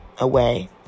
away